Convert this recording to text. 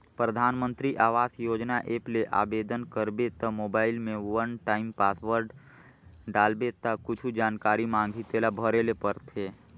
परधानमंतरी आवास योजना ऐप ले आबेदन करबे त मोबईल में वन टाइम पासवर्ड डालबे ता कुछु जानकारी मांगही तेला भरे ले परथे